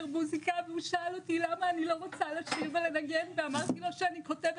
מוסיקה והוא שאל אותי למה אני לא רוצה לשבת ולנגן ואמרתי לו שאני כותבת